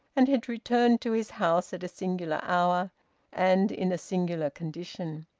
and had returned to his house at a singular hour and in a singular condition.